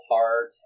Heart